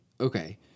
okay